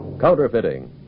counterfeiting